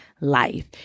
life